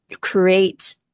create